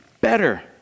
better